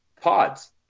pods